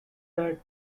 had